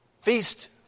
Feast